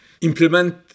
implement